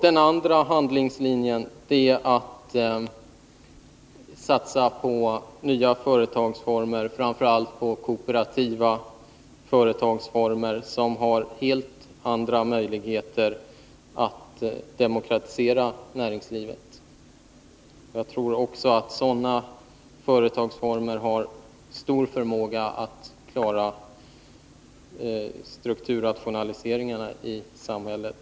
Den andra handlingslinjen är att satsa på nya företagsformer, framför allt på kooperativa företagsformer som har helt andra möjligheter att demokratisera näringslivet. Jag tror också att sådana företagsformer har stor förmåga att klara strukturrationaliseringarna i samhället.